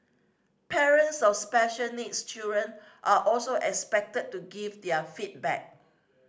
parents of special needs children are also expected to give their feedback